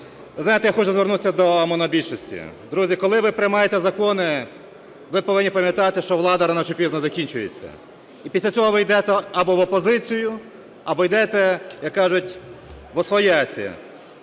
Ви знаєте, я хочу звернутися до монобільшості. Друзі, коли ви приймаєте закони, ви повинні пам'ятати, що влада рано чи пізно закінчується, і після того ви йдете або в опозицію, або йдете, як кажуть, восвояси,